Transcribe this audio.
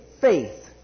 faith